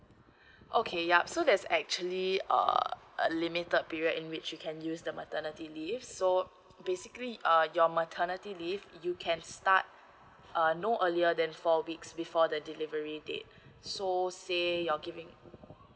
okay yup so there's actually err a limited period in which you can use the maternity leave so basically uh your maternity leave you can start err no earlier than four weeks before the delivery date so say you're giving